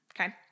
Okay